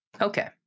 Okay